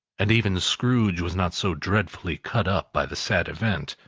and even scrooge was not so dreadfully cut up by the sad event,